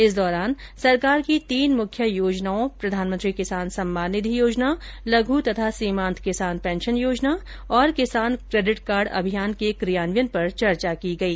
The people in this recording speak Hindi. इस दौरान सरकार की तीन मुख्य योजनाओं प्रधानमंत्री किसान सम्मान निधि योजना लघ् तथा सीमांत किसान पेंशन योजना और किसान क्रेडिट कार्ड अभियान के क्रियान्वयन पर चर्चा की गई